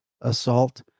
assault